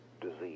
Disease